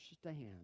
stand